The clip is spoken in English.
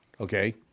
okay